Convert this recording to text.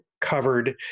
covered